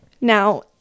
Now